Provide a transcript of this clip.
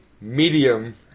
medium